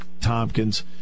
Tompkins